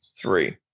three